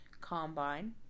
combine